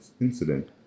incident